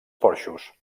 porxos